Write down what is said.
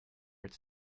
its